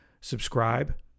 subscribe